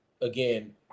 again